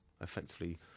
effectively